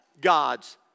God's